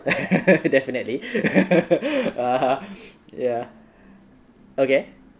definitely ah ya okay